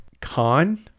con